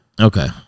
Okay